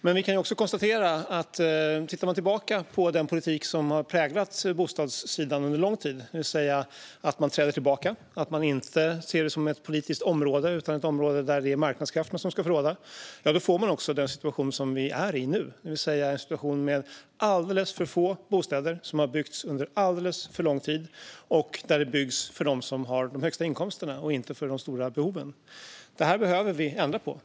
Men vi kan också konstatera att med den politik som har präglat bostadssidan under lång tid - att man träder tillbaka och inte ser det som ett politiskt område utan som ett område där det är marknadskrafterna som ska få råda - får man den situation som vi är i nu, det vill säga en situation där det har byggts alldeles för få bostäder under alldeles för lång tid och där det byggs för dem som har de högsta inkomsterna och inte för de stora behoven. Detta behöver vi ändra på.